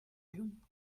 you